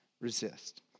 resist